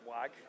wag